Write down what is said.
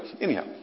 anyhow